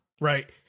right